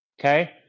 okay